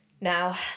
Now